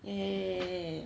ya ya ya ya ya